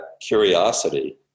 curiosity